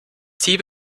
sie